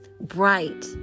bright